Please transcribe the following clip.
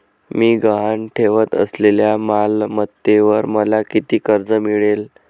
मी गहाण ठेवत असलेल्या मालमत्तेवर मला किती कर्ज मिळेल?